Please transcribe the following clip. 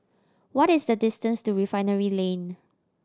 what is the distance to Refinery Lane